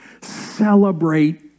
Celebrate